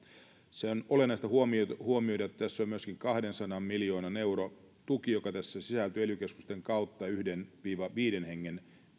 tärkeä on olennaista huomioida huomioida että tässä on myöskin kahdensadan miljoonan euron tuki joka tässä sisältyy ely keskusten kautta yhden viiva viiden hengen